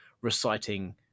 reciting